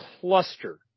cluster